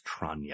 Tranya